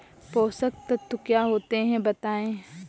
पोषक तत्व क्या होते हैं बताएँ?